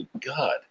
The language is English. God